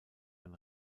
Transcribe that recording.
ein